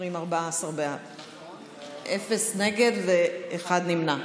אין מתנגדים, אחד נמנע.